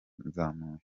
banzamuye